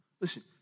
Listen